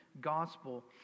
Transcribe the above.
gospel